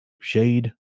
shade